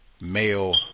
male